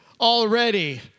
already